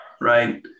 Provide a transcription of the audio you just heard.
right